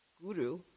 Guru